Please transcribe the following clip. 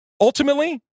ultimately